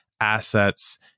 assets